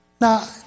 Now